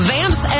Vamps